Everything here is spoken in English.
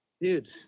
dude